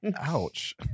Ouch